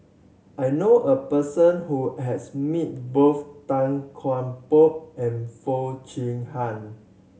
I knew a person who has met both Tan Kian Por and Foo Chee Han